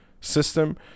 system